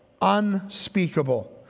unspeakable